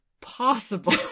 possible